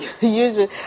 Usually